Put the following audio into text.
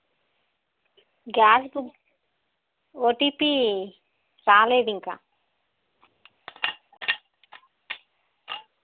gas book OTP రాలేదు ఇంకా